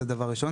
זה דבר ראשון.